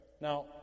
Now